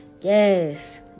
Yes